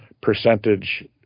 percentage